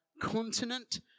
continent